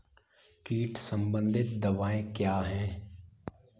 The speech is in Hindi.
कीट संबंधित दवाएँ क्या हैं?